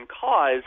Cause